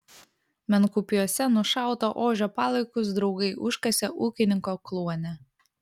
menkupiuose nušauto ožio palaikus draugai užkasė ūkininko kluone